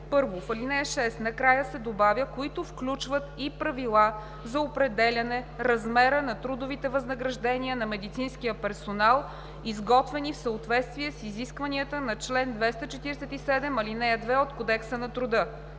1. В ал. 6 накрая се добавя „които включват и правила за определяне размера на трудовите възнаграждения на медицинския персонал, изготвени в съответствие с изискванията на чл. 247, ал. 2 от Кодекса на труда“.